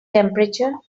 temperature